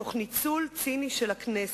תוך ניצול ציני של הכנסת,